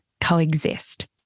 coexist